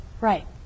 right